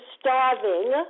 starving